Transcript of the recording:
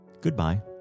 goodbye